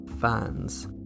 fans